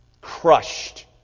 crushed